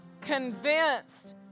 convinced